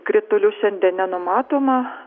kritulių šiandien nenumatoma